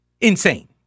insane